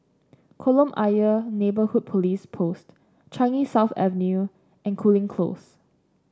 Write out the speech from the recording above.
Kolam Ayer Neighbourhood Police Post Changi South Avenue and Cooling Close